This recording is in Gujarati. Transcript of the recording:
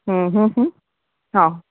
હં હં હા